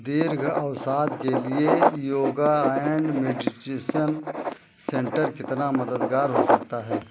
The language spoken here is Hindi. दीर्घ अवसाद के लिए योगा एण्ड मेडीटेशन सेंटर कितना मददगार हो सकता है